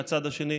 מהצד השני,